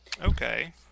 Okay